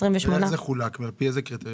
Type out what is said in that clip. מתי זה חולק, ועל פי איזה קריטריונים?